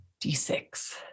D6